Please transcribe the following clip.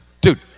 Dude